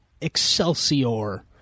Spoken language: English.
Excelsior